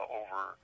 over